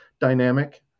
dynamic